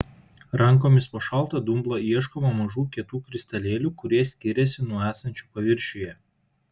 rankomis po šaltą dumblą ieškoma mažų kietų kristalėlių kurie skiriasi nuo esančių paviršiuje